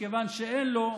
מכיוון שאין לו,